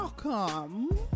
Welcome